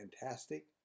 fantastic